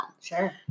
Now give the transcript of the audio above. sure